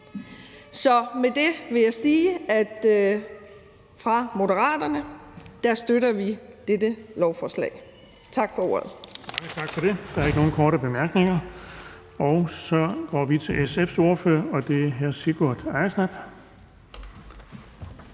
Med det vil jeg sige, at vi fra Moderaternes side støtter dette lovforslag. Tak for ordet.